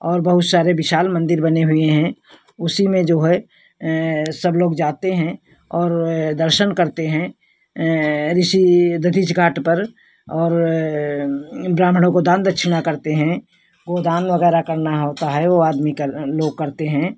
और बहुत सारे विशाल मन्दिर बने हुए हैं उसी में जो है सब लोग जाते हैं और दर्शन करते हैं ऋषि दधीचि घाट पर और ब्राम्हणों को दान दक्षिणा करते हैं गो दान वगैरह करना होता है वो आदमी कर लोग करते हैं